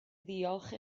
ddiolch